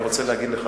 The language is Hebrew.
אני רוצה להגיד לך,